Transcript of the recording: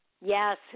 Yes